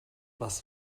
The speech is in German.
was